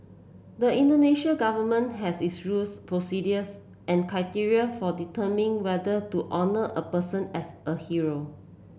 the Indonesian Government has its rules procedures and criteria for determining whether to honour a person as a hero